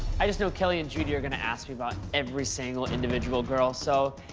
i just know kelli and judy are gonna ask me about every single individual girl so,